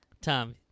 Tom